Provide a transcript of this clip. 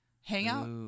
hangout